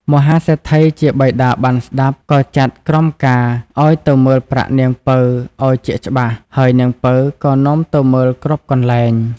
មហាសេដ្ឋីជាបិតាបានស្ដាប់ ក៏ចាត់ក្រមការឲ្យទៅមើលប្រាក់នាងពៅឲ្យជាក់ច្បាស់ ហើយនាងពៅក៏នាំទៅមើលគ្រប់កន្លែង ។